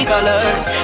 Colors